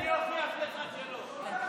אני אוכיח לך שלא.